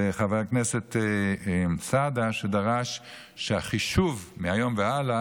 וחבר הכנסת סעדה דרש שהחישוב מהיום והלאה